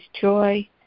joy